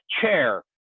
chair